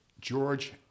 George